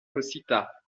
cosita